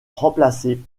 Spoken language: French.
remplacée